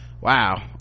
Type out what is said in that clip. wow